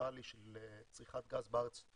מקסימלי של צריכת גז בארץ של